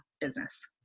business